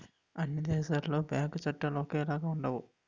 అన్ని దేశాలలో బ్యాంకు చట్టాలు ఒకేలాగా ఉండవు